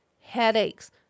Headaches